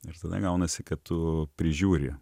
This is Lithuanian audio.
ir tada gaunasi kad tu prižiūri